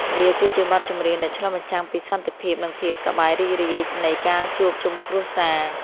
វាគឺជាបទចម្រៀងដែលឆ្លុះបញ្ចាំងពីសន្តិភាព និងភាពសប្បាយរីករាយនៃការជួបជុំគ្រួសារ។